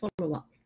follow-up